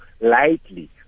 lightly